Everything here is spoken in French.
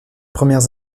premières